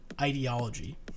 ideology